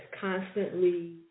constantly